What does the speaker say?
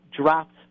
dropped